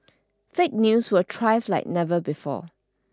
fake news will thrive like never before